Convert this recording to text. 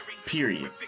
Period